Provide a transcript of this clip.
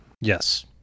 Yes